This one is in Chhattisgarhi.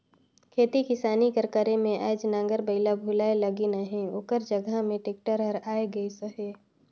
खेती किसानी कर करे में आएज नांगर बइला भुलाए लगिन अहें ओकर जगहा में टेक्टर हर आए गइस अहे